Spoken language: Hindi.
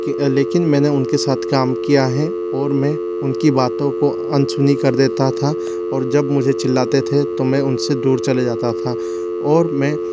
कि लेकिन मैंने उनके साथ काम किया है और मैं उनकी बातों को अनसुनी कर देता था और जब मुझे चिल्लाते थे मैं उनसे दूर चले जाता था और मैं